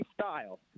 style